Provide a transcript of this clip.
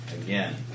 again